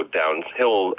downhill